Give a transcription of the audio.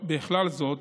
בכלל זאת